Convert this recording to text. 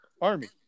Army